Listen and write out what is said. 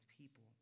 people